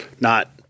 Not-